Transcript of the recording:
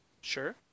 Sure